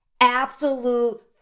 absolute